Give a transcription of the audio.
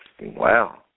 Wow